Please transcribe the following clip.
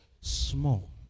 small